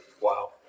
Wow